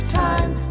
time